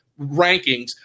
rankings